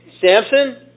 Samson